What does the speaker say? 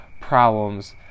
problems